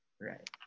Right